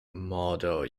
model